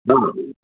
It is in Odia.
ହଁ